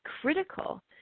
critical